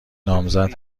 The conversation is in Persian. نامزد